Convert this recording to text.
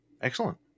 Excellent